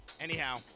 Anyhow